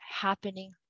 happening